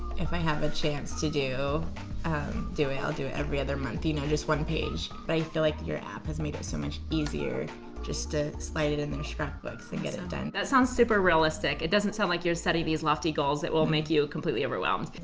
if i have a chance to do do it i'll do it every other month, you know just one page. but i feel like your app has made it so much easier just to slide it and into scrapbooks and get it it done. that sounds super realistic. it doesn't sound like you're setting these lofty goals that will make you completely overwhelmed.